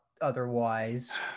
otherwise